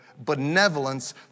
benevolence